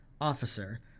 Officer